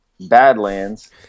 Badlands